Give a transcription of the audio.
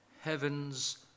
Heavens